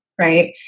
right